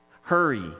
hurry